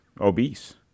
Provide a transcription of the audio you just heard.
obese